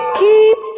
keep